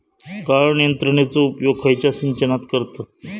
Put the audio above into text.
गाळण यंत्रनेचो उपयोग खयच्या सिंचनात करतत?